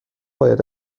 باید